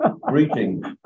greetings